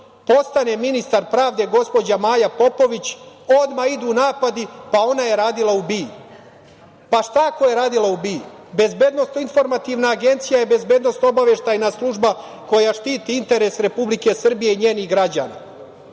postane ministar pravde, gospođa Maja Popović, odmah idu napadi – pa, ona je radila u BIA. Pa šta ako je radila u BIA? Bezbednosno informativna agencija je bezbednosno obaveštajna služba koja štiti interes Republike Srbije i njenih građana.